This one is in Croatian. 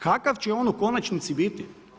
Kakav će on u konačnici biti?